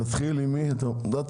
אני רק מדגיש.